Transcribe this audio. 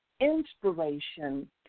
inspiration